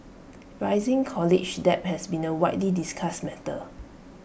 rising college debt has been A widely discussed matter